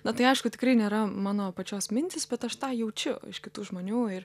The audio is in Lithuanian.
na tai aišku tikrai nėra mano pačios mintys bet aš tą jaučiu iš kitų žmonių ir